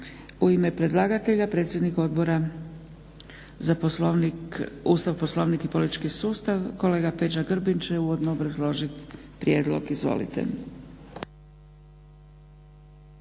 U ime predlagatelja predsjednik Odbora za Ustav, Poslovnik i politički sustav kolega Peđa Grbin će uvodno obrazložiti prijedlog. Izvolite.